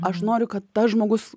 aš noriu kad tas žmogus